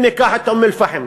אם ניקח את אום-אלפחם,